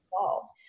involved